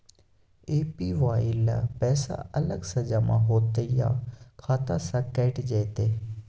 APY ल पैसा अलग स जमा होतै या खाता स कैट जेतै?